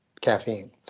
caffeine